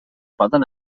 poden